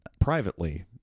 privately